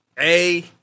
A-